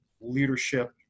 leadership